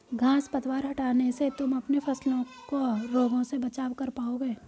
घांस पतवार हटाने से तुम अपने फसलों का रोगों से बचाव कर पाओगे